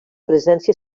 presència